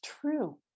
true